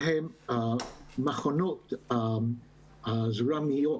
שהם מחנות זרמיים,